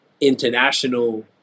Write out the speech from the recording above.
international